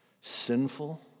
Sinful